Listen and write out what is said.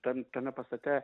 tam tame pastate